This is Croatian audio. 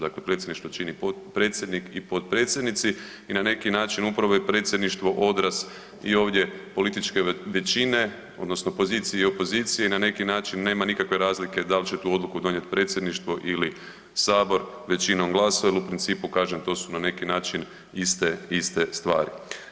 Dakle Predsjedništvo čini predsjednik i potpredsjednici i na neki način, upravo je Predsjedništvo odraz i ovdje političke većine, odnosno pozicije i opozicije i na neki način nema nikakve razlike da li će tu odluku donijeti Predsjedništvo ili Sabor većinom glasova, jer u principu, kažem, to su na neki način iste stvari.